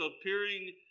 appearing